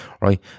right